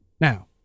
Now